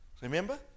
remember